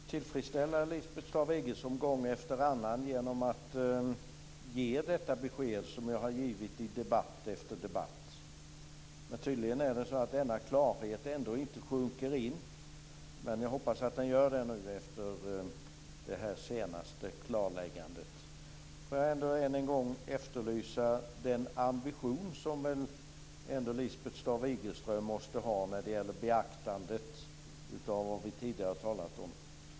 Fru talman! Jag måste tillfredsställa Lisbeth Staaf Igelström gång efter annan genom att ge detta besked som jag har gett i debatt efter debatt. Men tydligen sjunker denna klarhet ändå inte in. Men jag hoppas att den gör det nu efter detta senaste klarläggande. Jag vill än en gång efterlysa den ambition som väl Lisbeth Staaf-Igelström ändå måste ha när det gäller beaktandet av vad vi tidigare har talat om.